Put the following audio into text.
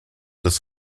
des